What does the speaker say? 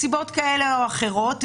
סיבות כאלה ואחרות,